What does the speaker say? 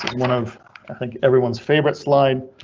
one of i think everyone's favorite slide.